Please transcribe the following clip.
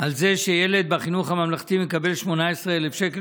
על זה שילד בחינוך הממלכתי מקבל 18,000 שקל